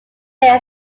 there